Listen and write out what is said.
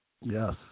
Yes